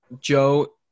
Joe